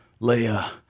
Leia